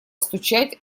стучать